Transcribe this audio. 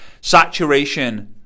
Saturation